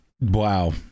Wow